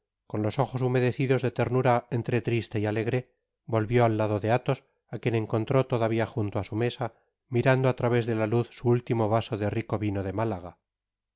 con los ojos humedecidos de ternura entre triste y alegre volvió al lado de athos á quien encontró todavía junio á su mesa mirando á través de la luz su último vaso de rico vino de malaga